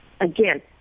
Again